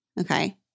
Okay